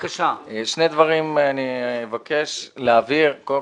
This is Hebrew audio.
אני אבקש להבהיר שני דברים.